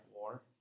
War